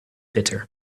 bitter